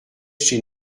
chez